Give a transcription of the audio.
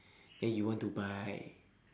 then you want to buy